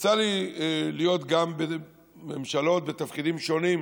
יצא לי להיות גם בממשלות בתפקידים שונים.